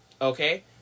Okay